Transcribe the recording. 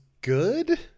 good